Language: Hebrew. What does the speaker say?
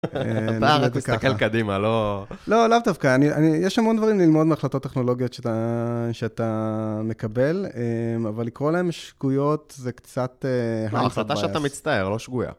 אתה רק מסתכל קדימה, לא... לא, לאו דווקא, יש המון דברים ללמוד מהחלטות טכנולוגיות שאתה מקבל, אבל לקרוא להם שגויות זה קצת... מה ההחלטה שאתה מצטער, לא שגויה.